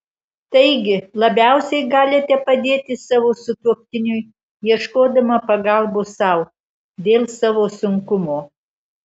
taigi labiausiai galite padėti savo sutuoktiniui ieškodama pagalbos sau dėl savo sunkumo